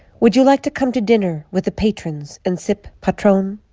would you like to come to dinner with the patrons and sip patron?